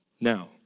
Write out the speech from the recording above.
Now